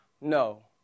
No